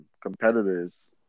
competitors